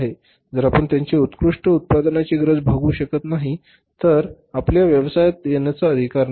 जर आपण त्यांची उत्कृष्ठ उत्पादनांची गरज भागवू शकत नाही तर आपल्याला व्यवसायात येण्याचा अधिकार नाही